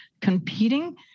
competing